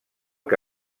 que